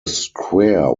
square